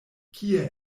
kie